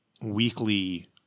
weekly